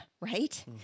right